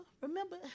remember